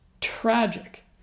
tragic